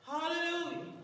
Hallelujah